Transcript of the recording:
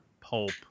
pulp